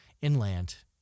inland